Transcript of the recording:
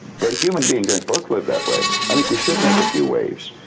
but human beings aren't supposed to live that way. i think we should make a few waves.